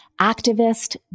activist